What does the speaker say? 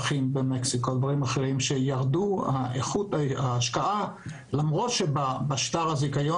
שירדו באיכות ההשקעה למרות שבשטר הזיכיון